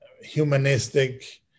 humanistic